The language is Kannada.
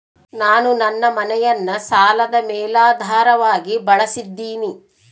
ನಾನು ನನ್ನ ಮನೆಯನ್ನ ಸಾಲದ ಮೇಲಾಧಾರವಾಗಿ ಬಳಸಿದ್ದಿನಿ